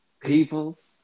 peoples